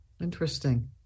Interesting